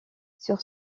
sur